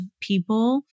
people